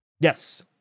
Yes